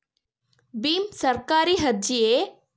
ಭೀಮ್ ಸರ್ಕಾರಿ ಅರ್ಜಿಯೇ?